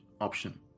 option